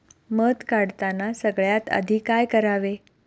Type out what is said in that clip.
मध काढताना सगळ्यात आधी काय करावे?